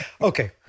Okay